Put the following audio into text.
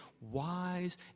wise